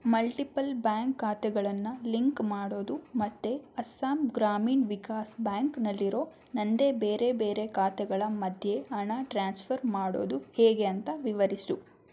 multiple bank ಖಾತೆಗಳನ್ನು link ಮಾಡೋದು ಮತ್ತೆ ಅಸ್ಸಾಂ ಗ್ರಾಮೀಣ್ ವಿಕಾಸ್ ಬ್ಯಾಂಕ್ನಲ್ಲಿರೋ ನನ್ನದೇ ಬೇರೆ ಬೇರೆ ಖಾತೆಗಳ ಮಧ್ಯೆ ಹಣ ಟ್ರಾನ್ಸ್ಫರ್ ಮಾಡೋದು ಹೇಗೆ ಅಂತ ವಿವರಿಸು